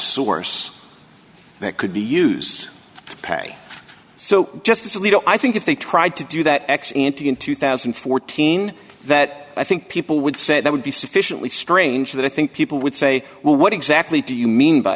source that could be used to pay so justice alito i think if they tried to do that ex ante in two thousand and fourteen that i think people would say that would be sufficiently strange that i think people would say well what exactly do you mean by